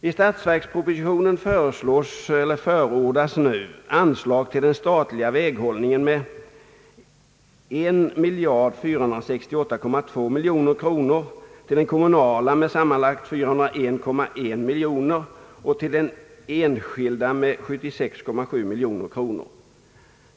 I statsverkspropositionen förordas nu anslag till den statliga väghållningen med 1 468,2 miljoner kronor, till den kommunala med sammanlagt 401,1 miljoner kronor och till den enskilda med 76,7 miljoner kronor.